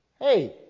Hey